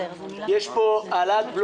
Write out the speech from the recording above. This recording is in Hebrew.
יש פה העלאת בלו